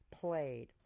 played